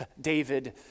David